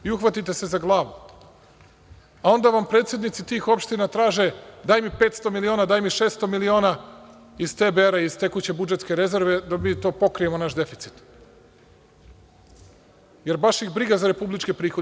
I, uhvatite se za glavu, a onda vam predsednici tih opština traže - daj mi 500 miliona, daj mi 600 miliona, iz tbr. iz tekuće budžetske rezerve, da mi pokrijemo naš deficit, jer, baš ih briga za republičke prihode.